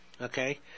Okay